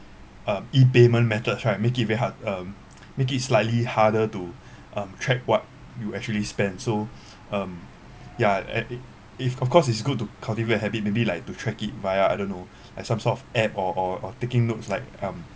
uh E payment methods right make it very hard um make it slightly harder to um track what you actually spend so um ya an~ it if of course it's good to cultivate a habit maybe like to track it via I don't know like some sort of app or or or taking notes like um